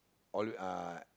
all uh